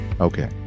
Okay